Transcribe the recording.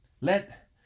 let